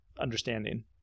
understanding